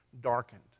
darkened